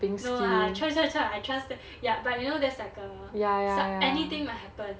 no lah !choy! !choy! !choy! I trust them ya but you know that's like uh anything might happen